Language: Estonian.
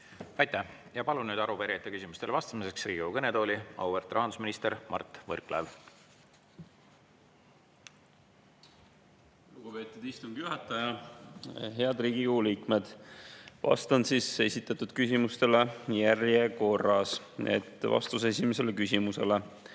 Aitäh! Palun nüüd arupärijate küsimustele vastamiseks Riigikogu kõnetooli, auväärt rahandusminister Mart Võrklaev! Lugupeetud istungi juhataja! Head Riigikogu liikmed! Vastan esitatud küsimustele järjekorras. Vastus esimesele küsimusele.